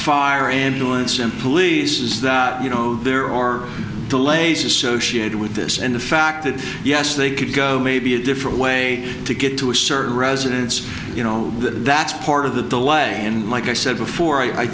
fire ambulance and police is that you know there are delays associated with this and the fact that yes they could go maybe a different way to get to a certain residence you know that that's part of the the way and like i said before i